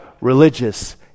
religious